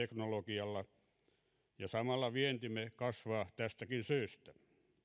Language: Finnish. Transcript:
suomalaisella teknologialla ja samalla vientimme kasvaa tästäkin syystä